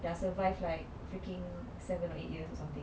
can survive like freaking seven or eight years or something